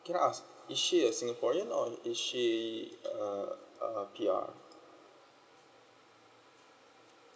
can I ask is she a singaporean or is she uh uh P_R